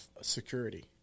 security